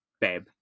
Babe